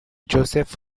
joseph